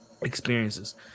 experiences